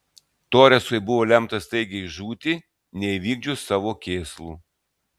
toresui buvo lemta staigiai žūti neįvykdžius savo kėslų